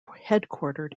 headquartered